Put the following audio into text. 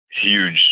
huge